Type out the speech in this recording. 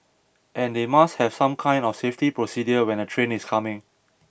and they must have some kind of safety procedure when a train is coming